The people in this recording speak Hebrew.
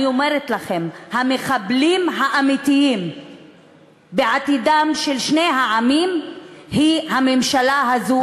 אני אומרת לכם: המחבלים האמיתיים בעתידם של שני העמים הם הממשלה הזו.